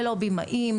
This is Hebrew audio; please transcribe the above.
ללא בימאים,